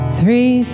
Three